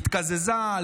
היא התקזזה,